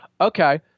Okay